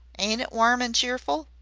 ain't it warm and cheerful?